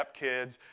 stepkids